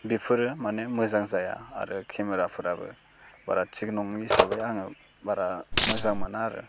बेफोरो माने मोजां जाया आरो केमेराफ्राबो बारा थिक नङै हिसाबै आङो बारा मोजां मोना आरो